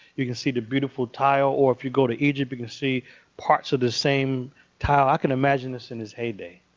you can see the beautiful tile. or if you go to egypt, you can see parts of the same tile. i can imagine this in it's heyday.